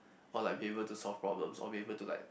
or like be able to solve problem or be able to like